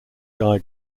guy